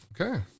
Okay